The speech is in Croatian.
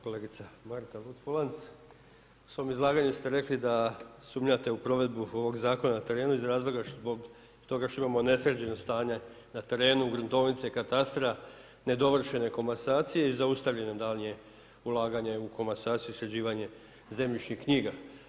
Kolegice Marta Luc-Polanc, u svom izlaganju ste rekli da sumnjate u provedbu ovoga zakona na terenu iz razloga što imamo nesređeno stanje na terenu, u gruntovnici, katastru, nedovršene komasacije i zaustavljanje daljnje ulaganje u komasaciju i sređivanje zemljišnih knjiga.